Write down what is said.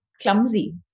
clumsy